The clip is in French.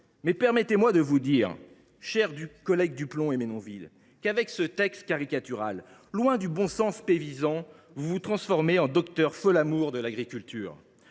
Permettez moi de vous dire, chers collègues Duplomb et Menonville, qu’avec ce texte caricatural, loin du bon sens paysan, vous vous transformez en docteurs Folamour de l’agriculture.